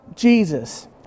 Jesus